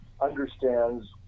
understands